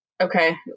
Okay